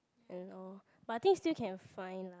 and all but I think still can find lah